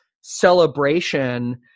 celebration